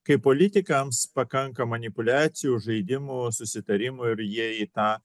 kai politikams pakanka manipuliacijų žaidimų susitarimų ir jie į tą